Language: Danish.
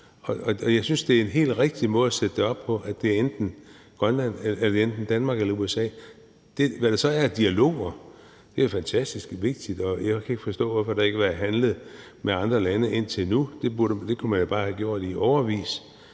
Og jeg synes, det er en helt rigtig måde at sætte det op på, at det er enten Danmark eller USA. For så vidt angår dialoger, er det fantastisk vigtigt, og jeg kan ikke forstå, hvorfor der ikke har været handlet med andre lande indtil nu. Det kunne man jo bare have gjort i årevis